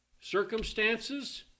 Circumstances